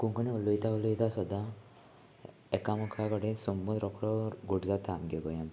कोंकणी उलयता उलयता सदां एकामेक कडेन समर रोकडो घोट जाता आमगे गोंयांत